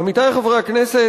עמיתי חברי הכנסת,